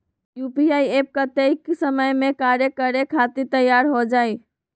UPI app कतेइक समय मे कार्य करे खातीर तैयार हो जाई?